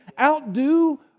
Outdo